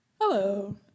Hello